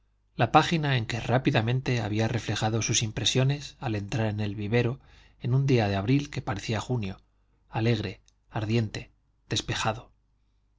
la página en que rápidamente había reflejado sus impresiones al entrar en el vivero en un día de abril que parecía de junio alegre ardiente despejado